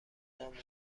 نمونده